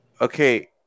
Okay